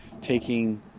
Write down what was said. taking